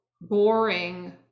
boring